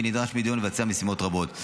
ונדרש מדי יום לביצוע משימות רבות.